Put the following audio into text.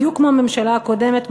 בדיוק כמו הממשלה הקודמת,